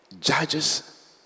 judges